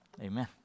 Amen